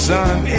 sun